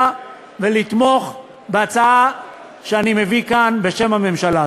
ולתמוך בהצעה שאני מביא כאן בשם הממשלה.